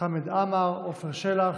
חבר הכנסת חמד עמאר, חבר הכנסת עפר שלח,